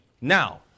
Now